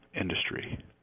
industry